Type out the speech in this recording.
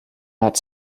out